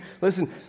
Listen